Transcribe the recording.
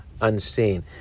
unseen